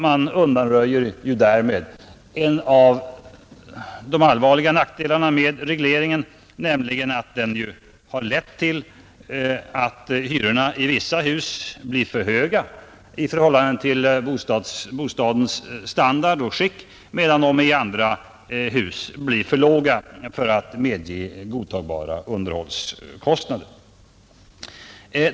Man undanröjer därmed en av de allvarliga nackdelarna med regleringen, nämligen att den har lett till att hyrorna i vissa hus blivit för höga i förhållande till bostadsstandard och skick, medan de i andra hus blivit för låga för att medge godtagbart underhåll.